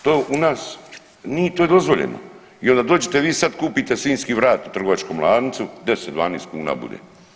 To je u nas ni to dozvoljeno i onda dođete vi sad kupite svinjski vrat u trgovačkom lancu 10, 12 kuna bude.